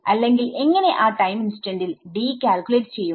അല്ലെങ്കിൽ എങ്ങനെ ആ ടൈം ഇൻസ്റ്റന്റിൽ D കാൽകുലേറ്റ് ചെയ്യും